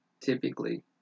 typically